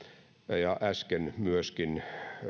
ja ja äsken myöskin